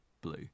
blue